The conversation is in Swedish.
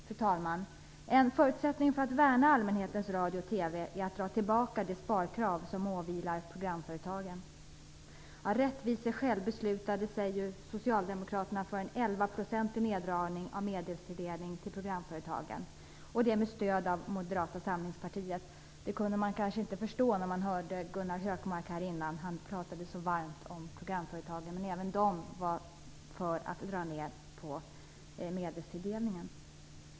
Fru talman! En förutsättning för att värna allmänhetens radio och TV är att dra tillbaka det sparkrav som åvilar programföretagen. Av rättviseskäl beslutade sig Socialdemokraterna för en 11-procentig neddragning av medelstilldelningen till programföretagen, och det med stöd från Moderata samlingspartiet. Det kunde man kanske inte förstå när man hörde Gunnar Hökmark här tidigare, som pratade så varmt om programföretagen. Men även Moderaterna var för att dra ned på medelstilldelningen.